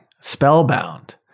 spellbound